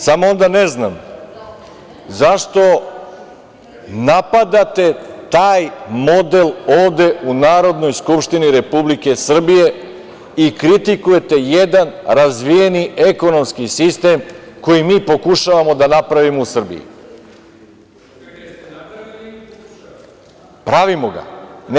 Samo onda ne znam zašto napadate taj model ovde u Narodnoj skupštini Republike Srbije i kritikujete jedan razvijeni ekonomski sistem koji mi pokušavamo da napravimo u Srbiji? (Nemanja Šarović: Jeste napravili ili pokušavate?) Pravimo ga.